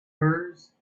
hers